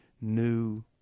New